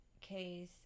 case